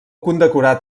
condecorat